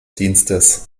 dienstes